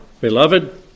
Beloved